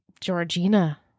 Georgina